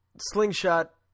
slingshot